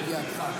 לידיעתך.